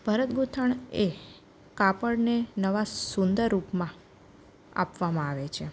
ભરત ગૂંથણ એ કાપડને નવાં સુંદર રૂપમાં આપવામાં આવે છે